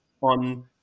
on